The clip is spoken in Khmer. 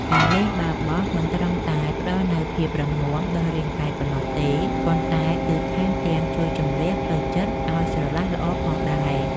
ការលេងបាល់បោះមិនត្រឹមតែផ្ដល់នូវភាពរឹងមាំដល់រាងកាយប៉ុណ្ណោះទេ ប៉ុន្តែគឺថែមទាំងជួយជម្រះផ្លូវចិត្តឱ្យស្រឡះល្អផងដែរ។